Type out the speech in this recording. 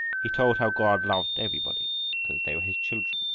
he told how god loved everybody, because they were his children.